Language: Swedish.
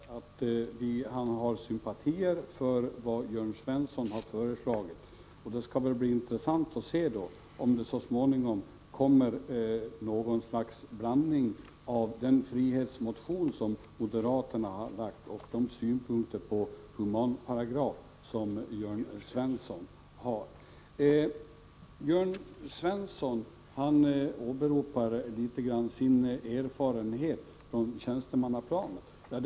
Herr talman! Ove Eriksson har sagt sig ha sympatier för vad Jörn Svensson har föreslagit. Det skall bli intressant att se om det så småningom kommer något slags blandning av den frihetsmotion som moderaterna har framlagt och de synpunkter på humanparagraf som Jörn Svensson har. Jörn Svensson åberopar sin erfarenhet från tjänstemannaplanet.